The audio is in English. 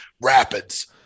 rapids